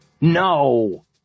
No